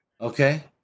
Okay